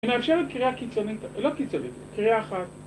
היא מאפשרת קריאה קיצונית, לא קיצונית, קריאה אחת.